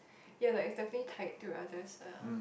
ya like it's definitely tied to others ah